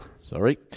sorry